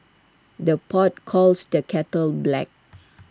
the pot calls the kettle black